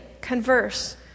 converse